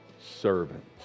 Servant